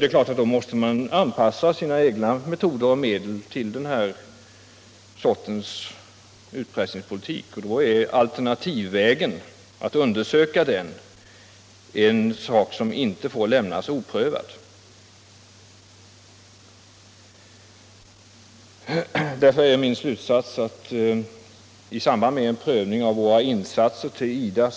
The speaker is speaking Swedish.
Det är klart att man då måste försöka anpassa sina egna metoder och medel till den sortens utpressningspolitik, och då är alternativvägen en sak som inte får lämnas oprövad. Därför är min slutsats att i samband med en prövning av våra insatser till IDA